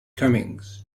cummings